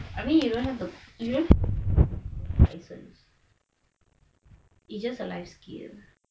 I mean you don't have to you don't have to have a car to have licence it's just a life skill